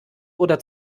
oder